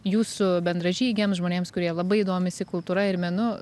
jūsų bendražygiams žmonėms kurie labai domisi kultūra ir menu